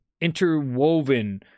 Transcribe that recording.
interwoven